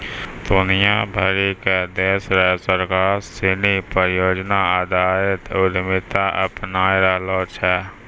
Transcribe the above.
दुनिया भरी के देश र सरकार सिनी परियोजना आधारित उद्यमिता अपनाय रहलो छै